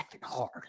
hard